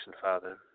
Father